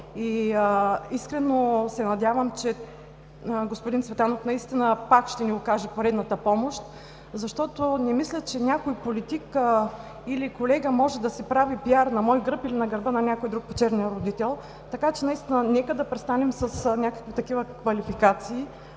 Искрено се надявам, че господин Цветанов наистина пак ще ни окаже поредната помощ. Не мисля, че някой политик или колега може да си прави пиар на мой гръб или на гърба на някой друг почернен родител. Нека наистина да престанем с някакви квалификации.